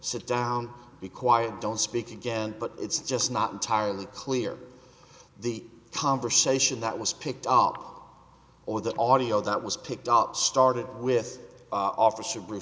sit down be quiet don't speak again but it's just not entirely clear the conversation that was picked up or the audio that was picked out started with officer br